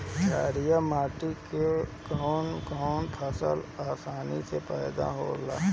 छारिया माटी मे कवन कवन फसल आसानी से पैदा होला?